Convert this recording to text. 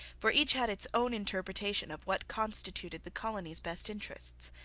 for each had its own interpretation of what constituted the colony's best interests.